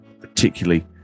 particularly